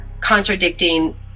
contradicting